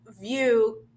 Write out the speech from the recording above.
view